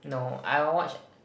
no I will watch